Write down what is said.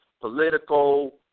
political